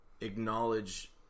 acknowledge